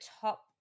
top